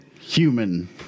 human